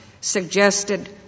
suggested